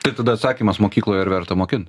tai tada atsakymas mokykloj ar verta mokint